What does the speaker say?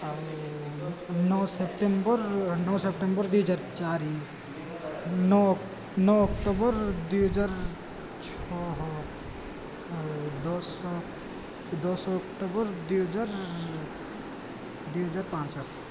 ଆଉ ନଅ ସେପ୍ଟେମ୍ବର୍ ନଅ ସେପ୍ଟେମ୍ବର୍ ଦୁଇ ହଜାର ଚାରି ନଅ ନଅ ଅକ୍ଟୋବର୍ ଦୁଇ ହଜାର ଛଅ ଆଉ ଦଶ ଦଶ ଅକ୍ଟୋବର୍ ଦୁଇ ହଜାର ଦୁଇ ହଜାର ପାଞ୍ଚ